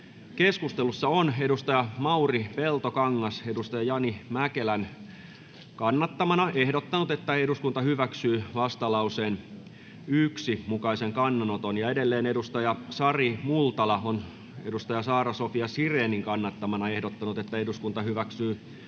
Keskustelussa on Mauri Peltokangas Jani Mäkelän kannattamana ehdottanut, että eduskunta hyväksyy vastalauseen 1 mukaisen kannanoton, ja edelleen Sari Multala on Saara-Sofia Sirénin kannattamana ehdottanut, että eduskunta hyväksyy vastalauseen